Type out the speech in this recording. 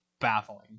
baffling